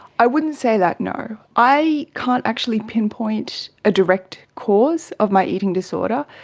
i wouldn't say that, no. i can't actually pinpoint a direct cause of my eating disorder.